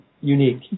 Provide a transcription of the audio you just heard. unique